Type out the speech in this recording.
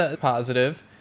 positive